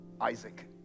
Isaac